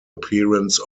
appearance